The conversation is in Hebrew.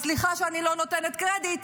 אז סליחה שאני לא נותנת קרדיט,